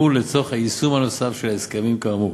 לצורך היישום הנוסף של ההסכמים כאמור.